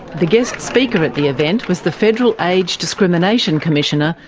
the guest speaker at the event was the federal age discrimination commissioner,